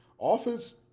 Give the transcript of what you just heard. offense